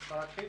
אני מתכבד